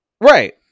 Right